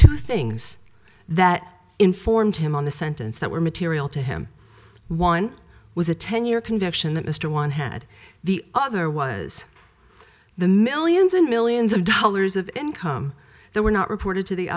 two things that informed him on the sentence that were material to him one was a ten year conviction that mr one had the other was the millions and millions of dollars of income there were not reported to the